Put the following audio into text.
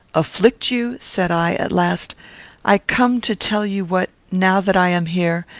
afflict you? said i, at last i come to tell you what, now that i am here,